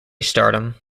stardom